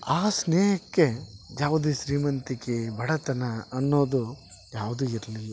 ಆ ಸ್ನೇಹಕ್ಕೆ ಯಾವುದೆ ಶ್ರೀಮಂತಿಕೆ ಬಡತನ ಅನ್ನೋದು ಯಾವುದು ಇರಲಿಲ್ಲ